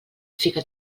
fica